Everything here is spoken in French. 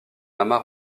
amas